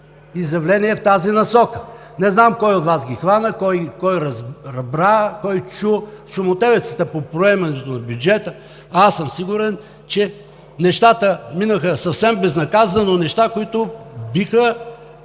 изявления в тази насока. Не знам кой от Вас ги хвана, кой разбра, кой чу в шумотевицата по приемането на бюджета? Сигурен съм, че нещата минаха съвсем безнаказано – неща, които биха